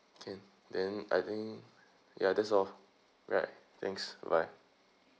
can then I think ya that's all right thanks bye bye